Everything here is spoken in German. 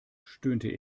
stöhnte